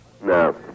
No